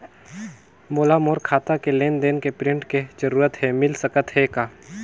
मोला मोर खाता के लेन देन के प्रिंट के जरूरत हे मिल सकत हे का?